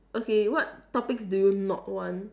okay what topics do you not want